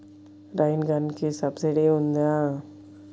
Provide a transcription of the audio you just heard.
Rain గన్కి subsidy ఉందా?